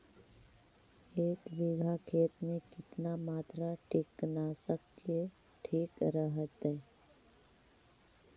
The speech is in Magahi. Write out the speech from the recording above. एक बीघा खेत में कितना मात्रा कीटनाशक के ठिक रहतय?